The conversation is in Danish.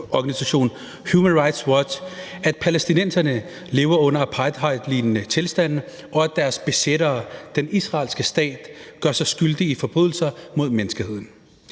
Human Rights Watch, at palæstinenserne lever under apartheidlignende tilstande, og at deres besættere, altså den israelske stat, gør sig skyldig i forbrydelser mod menneskeheden.